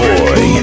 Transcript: Boy